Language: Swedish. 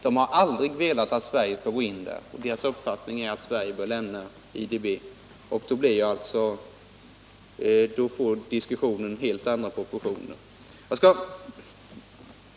De har aldrig velat att Sverige skall gå in där, och deras uppfattning är att Sverige bör lämna IDB. Då får diskussionen helt andra proportioner.